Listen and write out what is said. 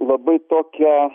labai tokia